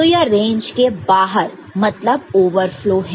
तो यह रेंज के बाहर है मतलब ओवरफ्लो है